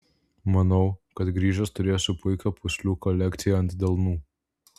manau kad grįžęs turėsiu puikią pūslių kolekciją ant delnų